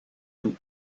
tout